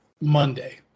Monday